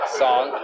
song